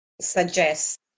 suggest